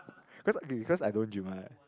cause we cause I don't gym